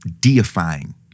deifying